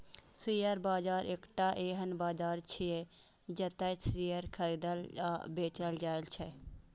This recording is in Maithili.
शेयर बाजार एकटा एहन बाजार छियै, जतय शेयर खरीदल आ बेचल जाइ छै